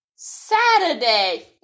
Saturday